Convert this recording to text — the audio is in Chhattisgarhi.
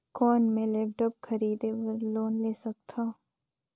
कौन मैं लेपटॉप खरीदे बर लोन ले सकथव?